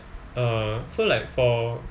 uh so like for